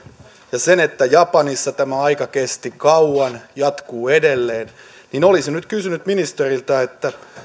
ja sen että japanissa tämä aika kesti kauan jatkuu edelleen niin olisin nyt kysynyt ministeriltä